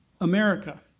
America